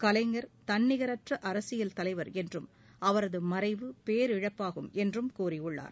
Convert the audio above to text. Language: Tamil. கலைஞர் தன்னிகரற்ற அரசியல் தலைவர் என்றும் அவரது மறைவு பேரிழப்பாகும் என்றும் கூறியுள்ளார்